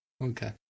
okay